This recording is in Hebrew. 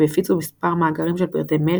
והפיצו מספר מאגרים של פרטי מייל,